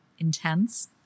intense